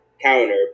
Counter